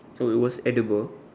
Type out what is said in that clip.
so it was edible